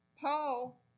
Paul